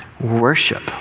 Worship